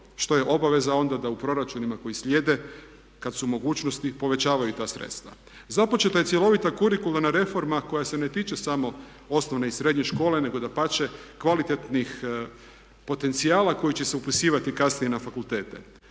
što je obaveza onda da u proračunima koji slijede kad su u mogućnosti povećavaju ta sredstva. Započeta je cjelovita kurikularna reforma koja se ne tiče samo osnovne i srednje škole nego dapače kvalitetnih potencijala koji će se upisivati kasnije na fakultete.